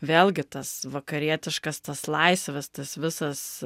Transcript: vėlgi tas vakarietiškas tas laisvės tas visas